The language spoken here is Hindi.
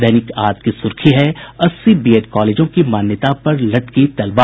दैनिक आज की सुर्खी है अस्सी बीएड कॉलेजों की मान्यता पर लटकी तलवार